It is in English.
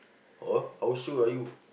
oh how sure are you